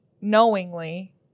knowingly